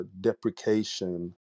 deprecation